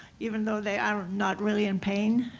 even though they are not really in pain.